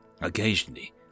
occasionally